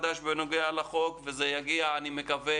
זה יגיע, אני מקווה,